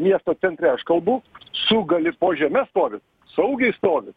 miesto centre aš kalbu su gali po žeme stovi saugiai stovi